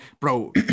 bro